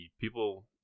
people